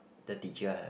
the teacher